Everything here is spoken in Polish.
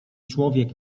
człowiek